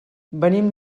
venim